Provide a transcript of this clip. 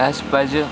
اَسہِ پَزِ